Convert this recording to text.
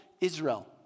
Israel